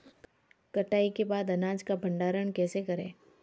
कटाई के बाद अनाज का भंडारण कैसे करें?